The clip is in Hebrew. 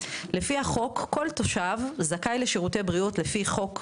לפי החוק כל אזרח זכאי לעזרה מהמדינה